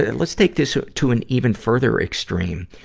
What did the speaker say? and let's take this to an even further extreme.